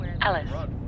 Alice